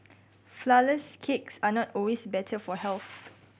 flourless cakes are not always better for health